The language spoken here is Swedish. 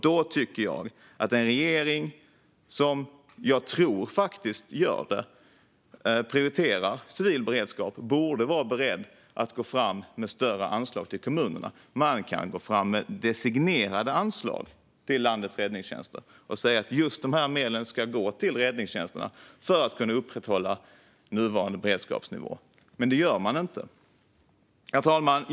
Då tycker jag att en regering, som jag faktiskt tror prioriterar civil beredskap, borde vara beredd att gå fram med större anslag till kommunerna. Man kan gå fram med designerade anslag till landets räddningstjänster just för att de ska kunna upprätthålla nuvarande beredskapsnivå, men det gör man inte. Herr ålderspresident!